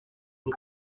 iri